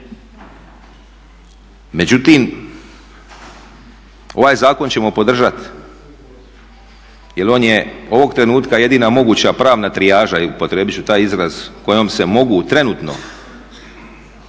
Međutim, ovaj zakon ćemo podržati jer on je ovog trenutka jedina moguća pravna trijaža, upotrijebit ću taj izraz kojom se mogu trenutno